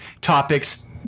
topics